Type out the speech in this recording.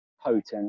potent